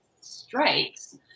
strikes